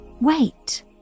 wait